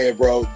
bro